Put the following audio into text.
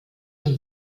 und